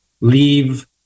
leave